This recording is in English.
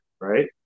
right